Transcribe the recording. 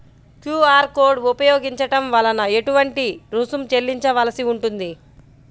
QR code ఉపయోగించటం వలన ఏటువంటి రుసుం చెల్లించవలసి ఉంటుంది?